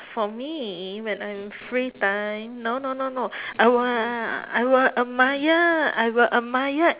for me when I have a free time no no no no I will I will admire I will admire